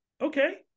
Okay